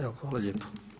Evo hvala lijepo.